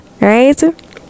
right